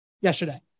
yesterday